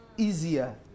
Easier